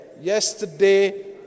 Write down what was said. yesterday